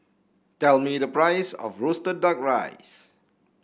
tell me the price of roasted duck rice